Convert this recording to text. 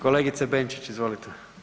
Kolegice Benčić, izvolite.